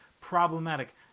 problematic